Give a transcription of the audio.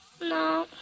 No